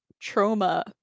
trauma